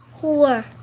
Four